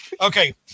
Okay